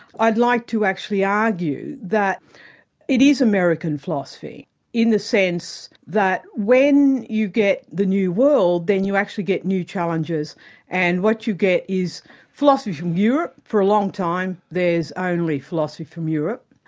i'd like to actually argue that it is american philosophy in the sense that when you get the new world, then you actually get new challenges and what you get is philosophy from europe, for a long time there's only philosophy from europe.